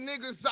niggas